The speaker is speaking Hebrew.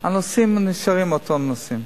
הנושאים נשארים אותם נושאים.